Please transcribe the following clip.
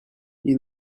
you